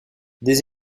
des